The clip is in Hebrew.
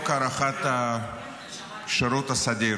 אתם